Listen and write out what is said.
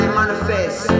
manifest